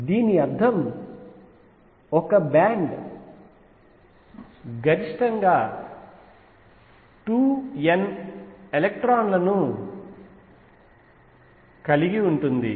కాబట్టి దీని అర్థం ఒక బ్యాండ్ గరిష్టంగా 2 n ఎలక్ట్రాన్ లను కలిగి ఉంటుంది